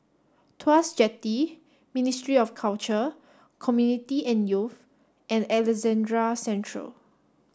Tuas Jetty Ministry of Culture Community and Youth and Alexandra Central